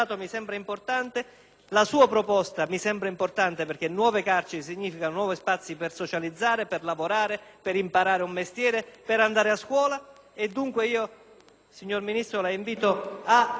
La sua proposta mi sembra importante, perché nuove carceri significano nuovi spazi per socializzare, per lavorare, per imparare un mestiere, per andare a scuola. *(Applausi della senatrice Poretti).* Signor Ministro, la invito anche